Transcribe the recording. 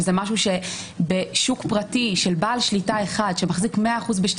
שזה משהו שבשוק פרטי של בעל שליטה אחד שמחזיק מאה אחוז בשתי